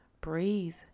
breathe